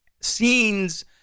scenes